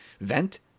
vent